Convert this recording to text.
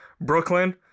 Brooklyn